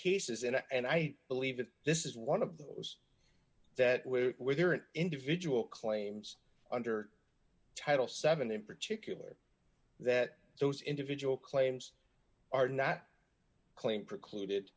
cases and and i believe that this is one of those that we will hear an individual claims under title seven in particular that those individual claims are not claimed precluded